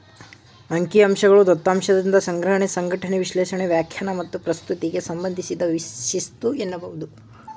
ಅಂಕಿಅಂಶಗಳು ದತ್ತಾಂಶದ ಸಂಗ್ರಹಣೆ, ಸಂಘಟನೆ, ವಿಶ್ಲೇಷಣೆ, ವ್ಯಾಖ್ಯಾನ ಮತ್ತು ಪ್ರಸ್ತುತಿಗೆ ಸಂಬಂಧಿಸಿದ ಶಿಸ್ತು ಎನ್ನಬಹುದು